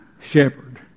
shepherd